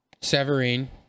Severine